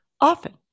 often